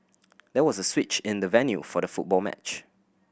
there was a switch in the venue for the football match